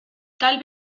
tal